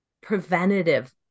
preventative